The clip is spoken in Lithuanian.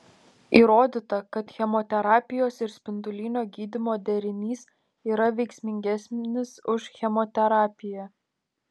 įrodyta kad chemoterapijos ir spindulinio gydymo derinys yra veiksmingesnis už chemoterapiją